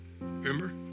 Remember